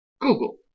Google